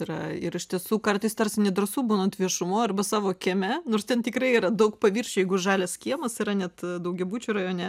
yra ir iš tiesų kartais tarsi nedrąsu būnant viešumoj arba savo kieme nors ten tikrai yra daug paviršių jeigu žalias kiemas yra net daugiabučių rajone